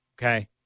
Okay